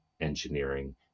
engineering